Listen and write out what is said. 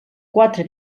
quatre